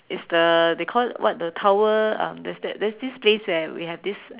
it's the they call it what the tower um there's that there's this place there we have this